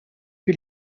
que